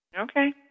Okay